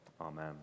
Amen